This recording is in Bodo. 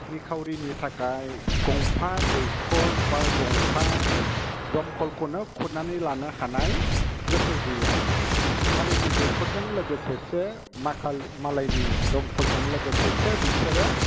निखावरिनि थाखाय गंफा दैखर बा गंफा दमखलखौनो खुरनानै लानो हानाय गोहो गैया मालायनि दैखरजों लोगोसेसो माखाल मालायनि दमखलजों लोगोसेसो बिसोरो